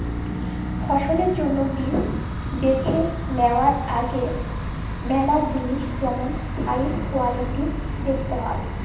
ফসলের জ্যনহে বীজ বাছে লিয়ার আগে ম্যালা জিলিস যেমল সাইজ, কোয়ালিটিজ দ্যাখতে হ্যয়